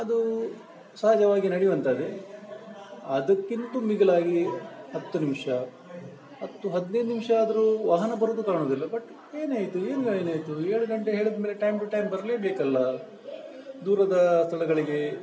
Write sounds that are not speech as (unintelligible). ಅದು ಸಹಜವಾಗಿ ನಡೆಯುವಂಥದ್ದೆ ಅದಕ್ಕಿಂತ ಮಿಗಿಲಾಗಿ ಹತ್ತು ನಿಮಿಷ ಹತ್ತು ಹದಿನೈದು ನಿಮಷ ಆದರೂ ವಾಹನ ಬರುವುದು ಕಾಣುವುದಿಲ್ಲ ಬಟ್ ಏನಾಯಿತು (unintelligible) ಏನಾಯಿತು ಏಳು ಗಂಟೆ ಹೇಳಿದ ಮೇಲೆ ಟೈಮ್ ಟು ಟೈಮ್ ಬರಲೇ ಬೇಕಲ್ಲ ದೂರದ ಸ್ಥಳಗಳಿಗೆ